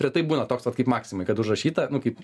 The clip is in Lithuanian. retai būna toks vat kaip maksimoj kad užrašyta nu kaip